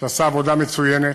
שעשה עבודה מצוינת.